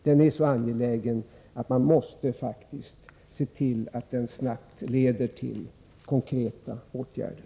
Den är så angelägen att man faktiskt måste se till att den snabbt leder till konkreta åtgärder.